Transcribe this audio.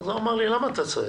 אז הוא אמר לי, למה אתה צועק?